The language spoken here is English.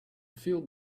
feel